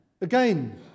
again